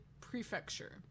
prefecture